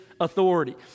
authority